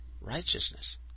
righteousness